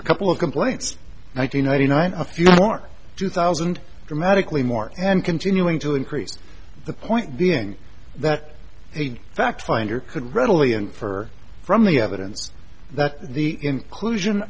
a couple of complaints nine hundred ninety nine a few more two thousand dramatically more and continuing to increase the point being that a fact finder could readily infer from the evidence that the inclusion